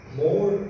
more